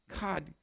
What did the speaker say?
God